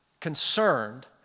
concerned